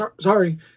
sorry